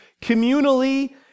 communally